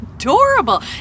adorable